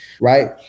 right